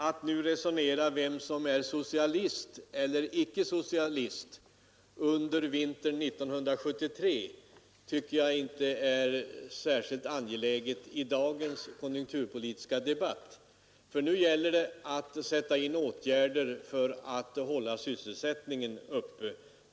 Att resonera om vem som är socialist eller inte socialist under vintern 1973 tycker jag inte är särskilt motiverat i dagens konjunkturpolitiska debatt. Nu gäller det att sätta in åtgärder för att hålla sysselsättningen uppe.